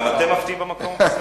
גם אתם מפתיעים במקום?